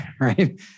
right